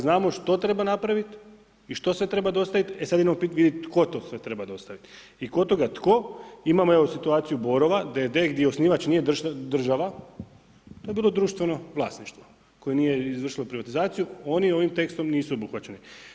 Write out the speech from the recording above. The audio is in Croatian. Znamo što treba napraviti i što sve treba dostavit, e sad idemo pitat tko to sve treba dostavit i kod toga tko imamo situaciju Borova d.d. gdje osnivač nije država, to je bilo društveno vlasništvo koje nije izvršilo privatizaciju, oni ovim tekstom nisu obuhvaćeni.